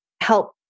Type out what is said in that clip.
help